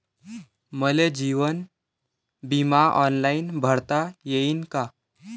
मले जीवन बिमा ऑनलाईन भरता येईन का?